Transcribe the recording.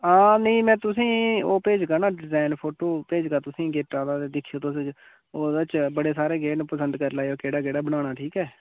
हां निं में तुसें ई ओह् भेजगा ना डिजाईन फोटो भेजगा तुसें ई गेटा दा ते दिक्खेओ तुस ओह्दे च बड़े सारे गेट न पसंद करी लैएओ केह्ड़ा केह्ड़ा बनाना ठीक ऐ